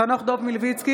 חנוך דב מלביצקי,